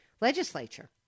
legislature